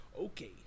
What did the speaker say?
Okay